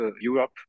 Europe